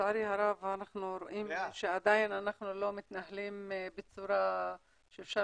לצערי הרב אנחנו רואים שעדיין אנחנו לא מתנהלים בצורה שאפשר